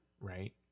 right